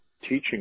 teaching